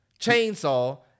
chainsaw